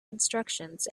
instructions